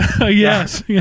Yes